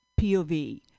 POV